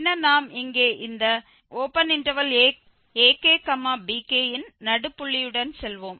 பின்னர் நாம் இங்கே இந்த akbk யின் நடுப்புள்ளியுடன் செல்வோம்